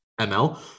ML